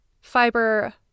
fiber